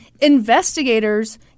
Investigators